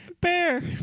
Bear